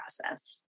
process